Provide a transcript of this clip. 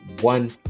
one